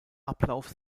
ablauf